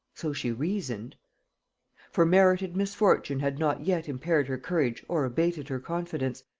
so she reasoned for merited misfortune had not yet impaired her courage or abated her confidence,